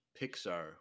Pixar